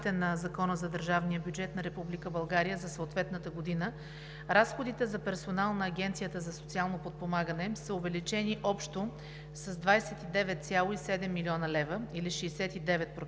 на закона за държавния бюджет на Република България за съответната година, разходите за персонал на Агенцията за социално подпомагане са увеличени общо с 29,7 млн. лв. или 69%,